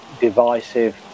divisive